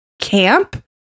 camp